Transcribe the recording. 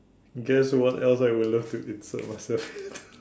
guess what else I would love to it's on my surface